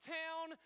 town